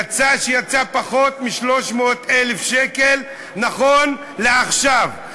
יצא פחות מ-300,000 שקל נכון לעכשיו.